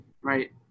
Right